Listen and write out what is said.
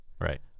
right